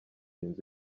inzu